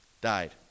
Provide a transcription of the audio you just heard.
died